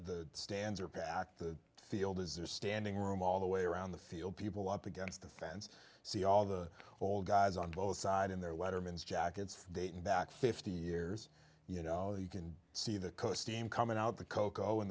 the stands are packed the field is there standing room all the way around the field people up against the fence see all the old guys on both side in their letterman's jackets dating back fifty years you know you can see the coast team coming out the coco